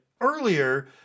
earlier